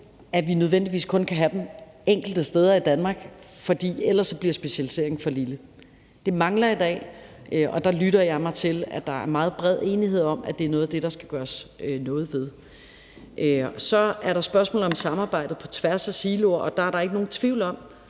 at vi nødvendigvis kun kan have dem enkelte steder i Danmark, fordi specialiseringen ellers bliver for lille. Det mangler i dag, og der lytter jeg mig til, at der er meget bred enighed om, at det er noget af det, der skal gøres noget ved. Så er der spørgsmålet om samarbejdet på tværs af siloer. I øvrigt er der jo også i